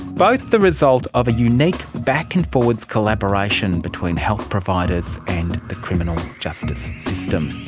both the result of a unique back and forwards collaboration between health providers and the criminal justice system.